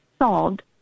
solved